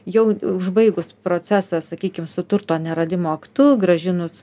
jau užbaigus procesą sakykim su turto neradimo aktu grąžinus